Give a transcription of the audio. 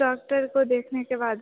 doctor को देखने के बाद